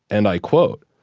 and i quote,